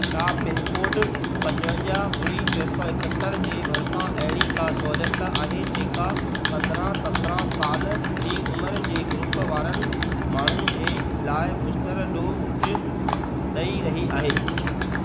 छा पिनकोड पंजवंजाह ॿुड़ी टे सौ एकहतरि जे भरिसां अहिड़ी का सहुलियत आहे जेका पंदरहां सतरहां साल जी उमिरि जे ग्रुप वारनि माण्हुनि जे लाइ बूस्टर डोज ॾेई रही आहे